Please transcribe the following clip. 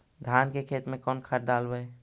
धान के खेत में कौन खाद डालबै?